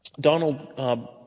Donald